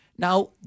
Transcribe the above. Now